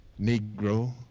Negro